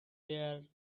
there